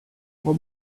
what